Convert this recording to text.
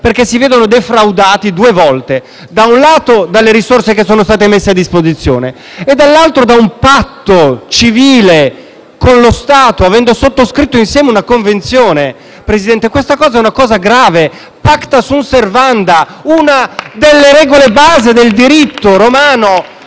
perché si vedono defraudati due volte: da un lato delle risorse che sono state messe a disposizione e dall'altro di un patto civile con lo Stato, avendo sottoscritto insieme una convenzione. Presidente, questa è una cosa grave: *pacta sunt servanda* è una delle regole base del diritto romano